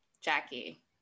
Jackie